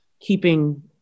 keeping